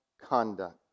conduct